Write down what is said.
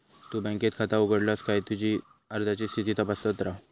तु बँकेत खाता उघडलस काय तुझी अर्जाची स्थिती तपासत रव